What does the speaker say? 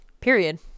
Period